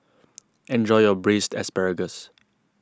enjoy your Braised Asparagus